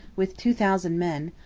with two thousand men,